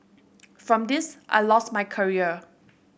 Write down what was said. from this I lost my career